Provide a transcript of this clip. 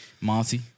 Monty